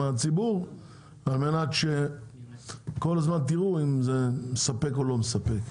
הציבור על מנת שתראו אם זה מספק או לא מספק.